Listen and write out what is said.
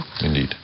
indeed